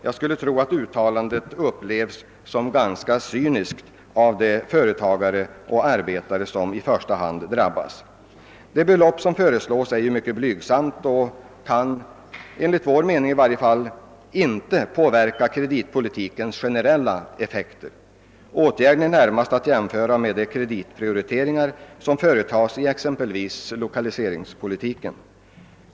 Jag skulle tro att uttalandet upplevs såsom ganska cyniskt av de företagare och arbetare som i första hand drabbas. Det belopp som föreslås är mycket blygsamt och kan enligt vår mening inte påverka kreditpolitikens generella effekter. Åtgärden är närmast att jämföra med de kreditprioriteringar som företas exempelvis i lokaliseringspolitiken.